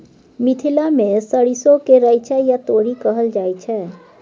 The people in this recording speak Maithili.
मिथिला मे सरिसो केँ रैचा या तोरी कहल जाइ छै